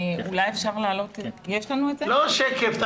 לא שקף.